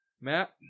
Matt